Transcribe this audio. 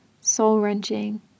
soul-wrenching